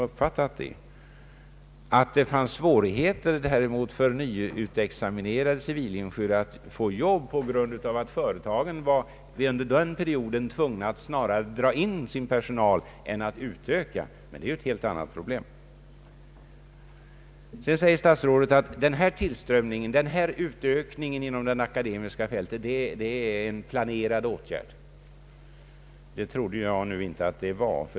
Däremot är det känt att det fanns svårigheter för nyexaminerade civilingenjörer att få jobb på grund av att företagen under den perioden var tvungna att snarare dra in personal än att utöka. Men det är ett helt annat problem. Statsrådet säger vidare att utökningen inom det akademiska fältet är planerad. Det trodde jag inte att den var.